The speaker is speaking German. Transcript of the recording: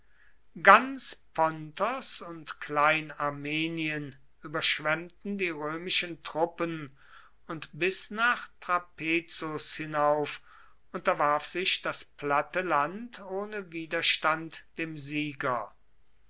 ganz pontos und klein armenien überschwemmten die römischen truppen und bis nach trapezus hinauf unterwarf sich das platte land ohne widerstand dem sieger